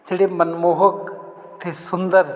ਜਿਹੜੇ ਮਨਮੋਹਕ ਅਤੇ ਸੁੰਦਰ